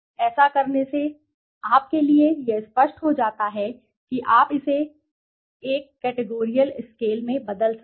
ऐसा करने से आपके लिए यह स्पष्ट हो जाता है कि आप इसे एक कैटेगोरिकाल स्केल में बदल सकें